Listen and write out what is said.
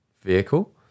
vehicle